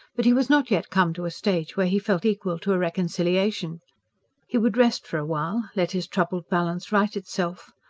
but he was not yet come to a stage when he felt equal to a reconciliation he would rest for a while, let his troubled balance right itself.